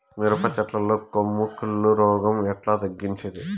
మిరప చెట్ల లో కొమ్మ కుళ్ళు రోగం ఎట్లా తగ్గించేది?